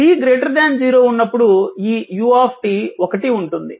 t 0 ఉన్నప్పుడు ఈ u 1 ఉంటుంది